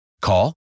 call